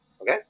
Okay